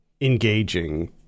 engaging